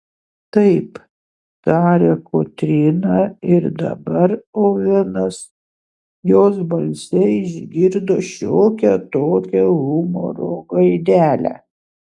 taip tarė kotryna ir dabar ovenas jos balse išgirdo šiokią tokią humoro gaidelę